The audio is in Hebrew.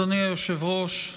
אדוני היושב-ראש,